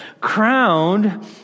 crowned